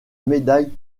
médaille